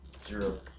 Zero